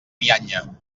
bianya